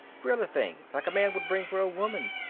frilly things like a man would bring for a woman.